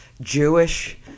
Jewish